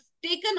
Taken